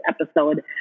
episode